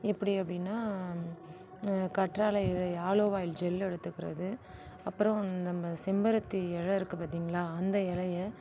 எப்படி அப்டின்னா கற்றாழை இலை ஆலோவ் ஆயில் ஜெல் எடுத்துக்கிறது அப்புறோம் நம்ப செம்பருத்தி இல இருக்குது பார்த்திங்களா அந்த இலைய